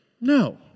No